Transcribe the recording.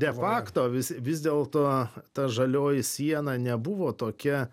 de facto vis vis dėlto ta žalioji siena nebuvo tokia